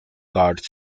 garde